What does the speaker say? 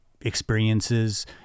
experiences